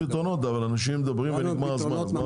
פתרונות אבל אנשים מדברים ונגמר הזמן.